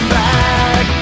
back